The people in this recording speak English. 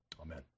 Amen